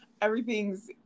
Everything's